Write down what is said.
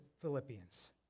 Philippians